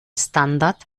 standard